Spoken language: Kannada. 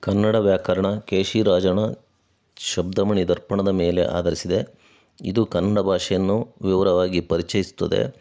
ಕನ್ನಡ ವ್ಯಾಕರಣ ಕೇಶಿರಾಜನ ಶಬ್ದಮಣಿ ದರ್ಪಣದ ಮೇಲೆ ಆಧರಿಸಿದೆ ಇದು ಕನ್ನಡ ಭಾಷೆಯನ್ನು ವಿವರವಾಗಿ ಪರಿಚಯಿಸುತ್ತದೆ